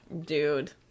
Dude